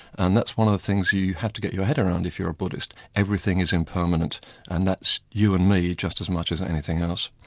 and that's one of the things you have to get your head around if you're a buddhist everything is impermanent and that's you and me just as much as anything else.